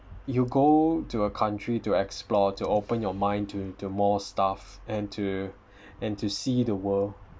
you go to a country to explore to open your mind to more staff and to and to see the world